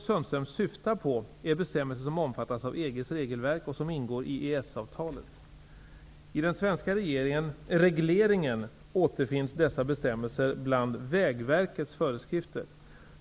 Sundström syftar på är bestämmelser som omfattas av EG:s regelverk och som ingår i EES-avtalet. I den svenska regleringen återfinns dessa bestämmelser bland Vägverkets föreskrifter.